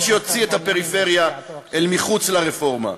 שיוציא את הפריפריה אל מחוץ לרפורמה.